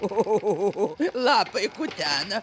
o lapai kutena